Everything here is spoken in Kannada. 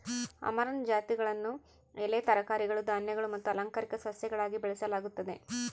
ಅಮರಂಥ್ ಜಾತಿಗಳನ್ನು ಎಲೆ ತರಕಾರಿಗಳು ಧಾನ್ಯಗಳು ಮತ್ತು ಅಲಂಕಾರಿಕ ಸಸ್ಯಗಳಾಗಿ ಬೆಳೆಸಲಾಗುತ್ತದೆ